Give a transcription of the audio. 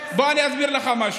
בוא אני אסביר לך משהו.